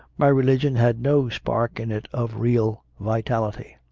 my religion had no spark in it of real vitality.